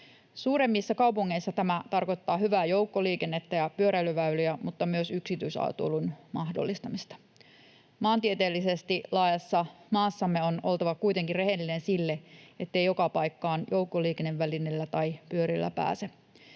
Suuremmissa kaupungeissa tämä tarkoittaa hyvää joukkoliikennettä ja pyöräilyväyliä mutta myös yksityisautoilun mahdollistamista. Maantieteellisesti laajassa maassamme on oltava kuitenkin rehellinen sille, ettei joka paikkaan joukkoliikennevälineillä tai pyörillä pääse.